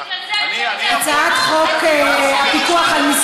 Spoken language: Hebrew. דווקא בגלל זה אני חושבת שהציבור צריך לראות